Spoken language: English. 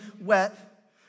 wet